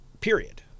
Period